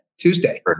tuesday